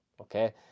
okay